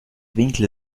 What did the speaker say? winkel